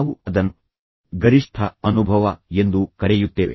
ನಾವು ಅದನ್ನು ಗರಿಷ್ಠ ಅನುಭವ ಎಂದು ಕರೆಯುತ್ತೇವೆ